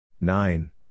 Nine